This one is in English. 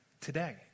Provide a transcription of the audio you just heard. today